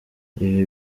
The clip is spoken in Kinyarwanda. ibi